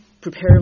prepare